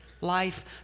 life